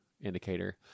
indicator